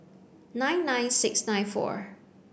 nine nine six nine four